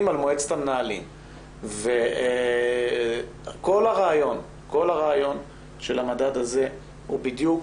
על מועצת המנהלים וכל הרעיון של המדד הזה הוא בדיוק